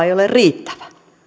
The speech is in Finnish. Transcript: ei ole riittävä